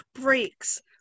breaks